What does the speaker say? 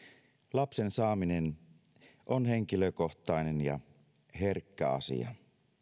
lapsen saaminen on henkilökohtainen ja herkkä asia